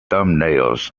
thumbnails